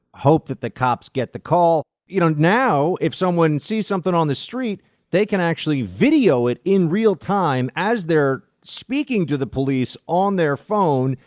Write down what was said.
hope that the cops get the call. you know now if someone sees something on the street they can actually video it in real time as they're speaking to the police on their phone,